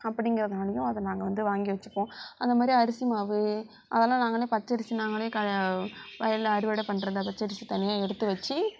அப்படிங்கறதுனாலையும் அதை நாங்கள் வந்து வாங்கி வச்சுப்போம் அந்த மாதிரி அரிசி மாவு அதெலாம் நாங்களே பச்சரிசி நாங்களே வயல்ல அறுவடை பண்ணுறது பச்சரிசி தனியாக எடுத்து வச்சு